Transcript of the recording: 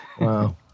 Wow